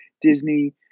Disney